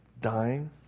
dying